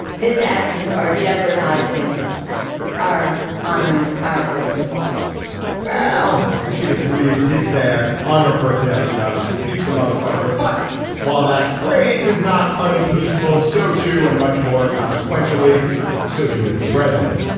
his actions are jeopardizing our honoring our oath of office now receded to leave did say ah on her first day on the job let's impeach the mother fucker. but while that phrase is not unimpeachable so too and much more consequentially so too is the president.